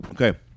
Okay